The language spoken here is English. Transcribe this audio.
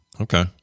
Okay